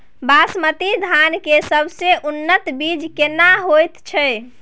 बासमती धान के सबसे उन्नत बीज केना होयत छै?